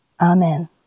Amen